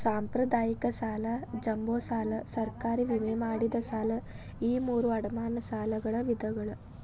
ಸಾಂಪ್ರದಾಯಿಕ ಸಾಲ ಜಂಬೋ ಸಾಲ ಸರ್ಕಾರಿ ವಿಮೆ ಮಾಡಿದ ಸಾಲ ಈ ಮೂರೂ ಅಡಮಾನ ಸಾಲಗಳ ವಿಧಗಳ